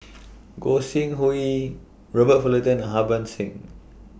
Gog Sing Hooi Robert Fullerton and Harbans Singh